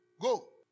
Go